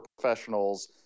professionals